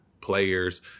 players